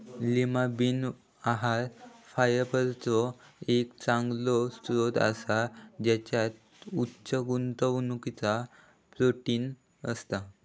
Lima bean आहार फायबरचो एक चांगलो स्त्रोत असा त्याच्यात उच्च गुणवत्तेचा प्रोटीन असता